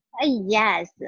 Yes